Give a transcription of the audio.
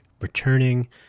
returning